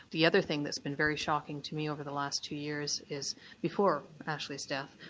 the other thing that's been very shocking to me over the last two years is before ashley's death,